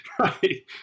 Right